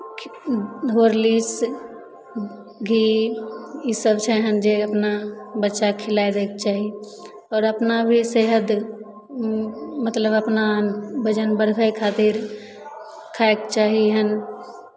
Horlicks घी इसभ छै एहन जे अपना बच्चाकेँ खिला दैके चाही आओर अपना भी सेहत मतलब अपना वजन बढ़बै खातिर खायके चाही एहन